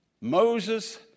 Moses